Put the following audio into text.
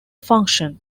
function